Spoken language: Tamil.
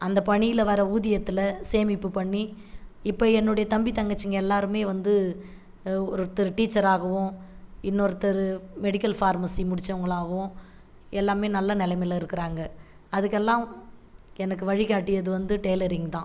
அந்த பணியில் வர ஊதியத்தில் சேமிப்பு பண்ணி இப்போ என்னுடைய தம்பி தங்கச்சிங்க எல்லாருமே வந்து ஒருத்தர் டீச்சர் ஆகவும் இன்னொருத்தர் மெடிக்கல் ஃபார்மசி முடிச்சவங்களாகவும் எல்லாமே நல்ல நிலமைல இருக்குறாங்க அதற்கெல்லாம் எனக்கு வழிகாட்டியது வந்து டெய்லரிங் தான்